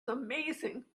amazing